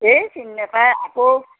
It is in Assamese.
এই চিনি নাপায় আকৌ